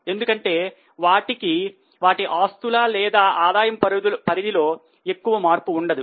ఎందుకంటే వాటికి వాటి ఆస్తుల లేదా ఆదాయము పరిధిలో ఎక్కువ మార్పు ఉండదు